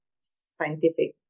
scientific